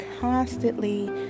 constantly